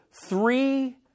three